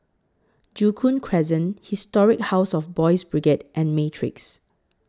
Joo Koon Crescent Historic House of Boys' Brigade and Matrix